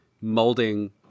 molding